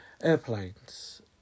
airplanes